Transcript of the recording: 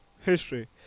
History